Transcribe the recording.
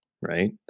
right